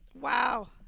wow